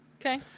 Okay